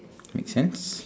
makes sense